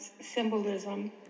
symbolism